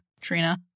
trina